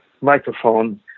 microphone